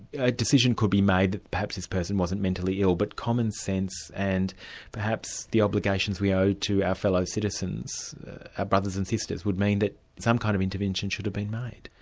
a decision could be made that perhaps this person wasn't mentally ill, but commonsense and perhaps the obligations we owe to our fellow citizens, our brothers and sisters, would mean that some kind of intervention should have been made.